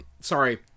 sorry